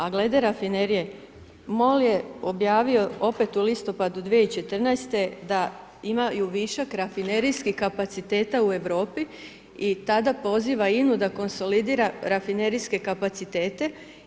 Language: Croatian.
A glede rafinerije, MOL je objavio opet u listopadu 2014. da imaju višak rafinerijskih kapaciteta u Europi i tada poziva INA-u da konsolidira rafinerijske kapacitete.